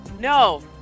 No